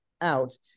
out